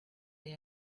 they